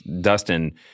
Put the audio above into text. Dustin